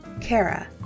Kara